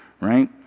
right